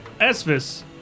Esvis